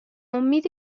امید